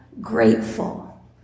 grateful